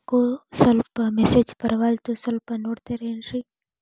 ಯಾಕೊ ಮೆಸೇಜ್ ಬರ್ವಲ್ತು ಸ್ವಲ್ಪ ನೋಡ್ತಿರೇನ್ರಿ?